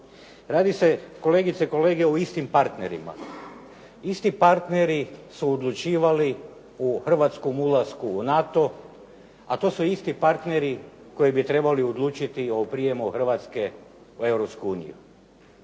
Radi se, kolegice i kolege, o istim partnerima. Isti partneri su odlučivali o Hrvatskom ulasku u NATO, a to su isti partneri koji bi trebali odlučiti o prijemu Hrvatske u